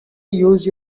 use